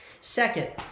Second